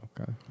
Okay